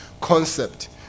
concept